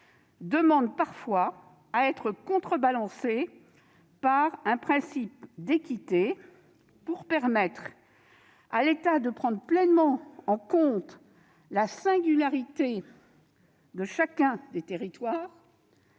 demande parfois à être contrebalancée par un principe d'équité, afin de permettre à l'État de prendre pleinement en compte la singularité de chacun des territoires